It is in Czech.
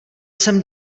jsem